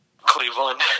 Cleveland